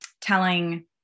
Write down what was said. telling